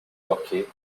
yorkais